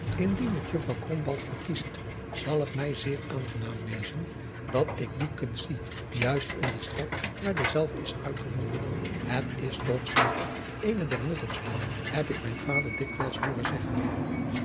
krombalg verkiest zal het mij zeer aangenaam wezen dat ik die kunst zie juist in de stad waar dezelve is uitgevonden het is toch ze ker eene der nuttigste heb ik mijn vader dikwijls hooren zeggen